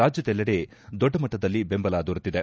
ರಾಜ್ಯದೆಲ್ಲೆಡೆ ದೊಡ್ಡ ಮಟ್ಟದಲ್ಲಿ ದೆಂಬಲ ದೊರೆತಿದೆ